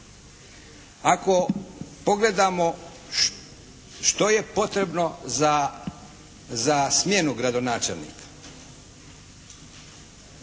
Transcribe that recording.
Ako pogledamo što je potrebno za smjenu gradonačelnika,